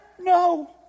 No